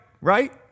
right